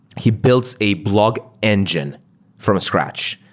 he builds a blog engine from scratch.